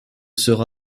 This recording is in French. sera